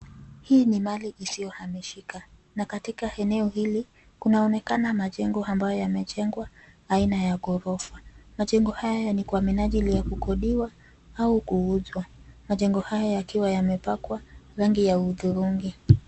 Hii ni mali isiyohamishika, na katika eneo hili, kunaonekana majengo ambayo yamejengwa aina ya ghorofa. Majengo haya ni kwa minajili ya kukodiwa, au kuuzwa. Majengo hayo yakiwa yamepakwa rangi ya hudhurungi.